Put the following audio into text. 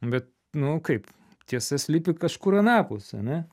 bet nu kaip tiesa slypi kažkur anapus ane